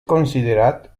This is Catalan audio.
considerat